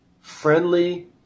friendly